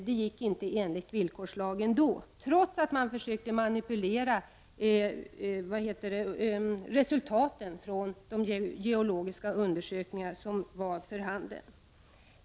Det gick inte enligt villkorslagen, trots att man försökte manipulera resultaten från de geologiska undersökningar som hade utförts.